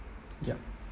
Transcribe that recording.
ya